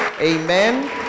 Amen